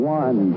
one